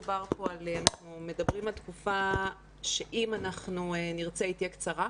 אנחנו מדברים על תקופה שאם אנחנו נרצה היא תהיה קצרה.